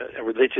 religious